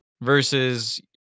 versus